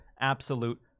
absolute